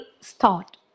start